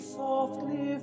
softly